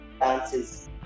dances